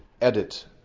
edit